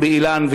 אורי אילן,